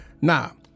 Now